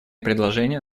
предложения